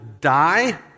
die